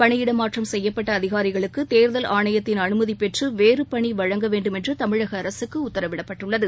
பணியிட மாற்றம் செய்யப்பட்ட அதிகாரிகளுக்கு தேர்தல் ஆணையத்தின் அனுமதி பெற்று வேறு பணி வழங்க வேண்டுமென்று தமிழக அரசுக்கு உத்தரவிடப்பட்டுள்ளது